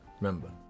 remember